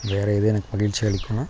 வேறு எது எனக்கு மகிழ்ச்சி அளிக்குன்னால்